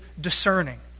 discerning